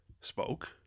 spoke